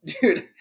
dude